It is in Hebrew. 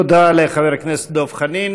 תודה לחבר הכנסת דב חנין.